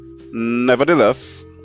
nevertheless